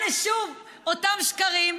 הינה שוב אותם שקרים,